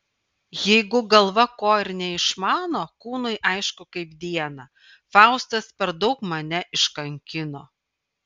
jeigu galva ko ir neišmano kūnui aišku kaip dieną faustas per daug mane iškankino